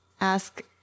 ask